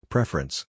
Preference